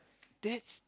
that's